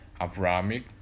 Abrahamic